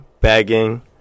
begging